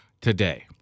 today